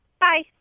Bye